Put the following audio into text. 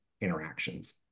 interactions